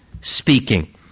speaking